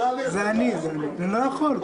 לעמוד בזה.